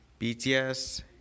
BTS